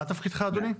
מה תפקידך, אדוני?